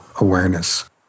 awareness